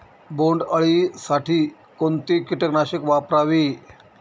बोंडअळी साठी कोणते किटकनाशक वापरावे?